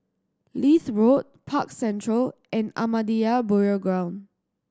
Leith Road Park Central and Ahmadiyya Burial Ground